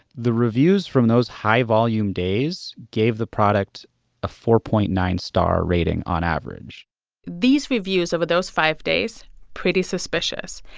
the reviews from those high-volume days gave the product a four point nine star rating on average these reviews over those five days pretty suspicious,